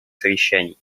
совещаний